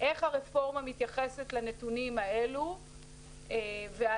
איך הרפורמה מתייחסת לנתונים האלה והאם